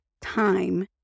time